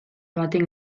baten